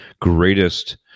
greatest